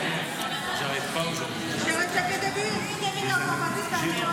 (טיוב הטיפול בתלונות בגין אלימות משטרתית),